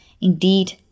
Indeed